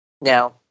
Now